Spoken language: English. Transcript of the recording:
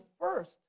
first